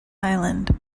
island